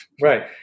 Right